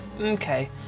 Okay